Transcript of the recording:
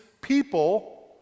people